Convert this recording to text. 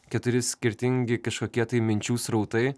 keturi skirtingi kažkokie tai minčių srautai